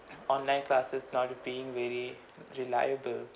online classes not being very reliable